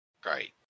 Great